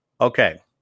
Okay